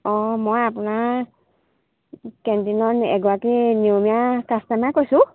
অঁ মই আপোনাৰ কেণ্টিনৰ এগৰাকী নিয়মীয়া কাষ্টমাৰে কৈছোঁ